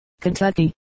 Kentucky